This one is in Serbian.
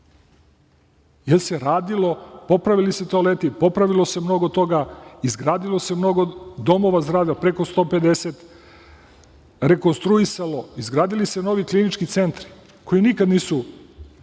jer se radilo, popravili se toaleti, popravilo se mnogo toga, izgradilo se mnogo domova zdravlja, preko 150, rekonstruisalo, izgradili se novi klinički centri koji nikada nisu